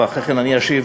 ואחרי כן אני אשיב,